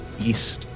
east